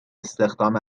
استخدام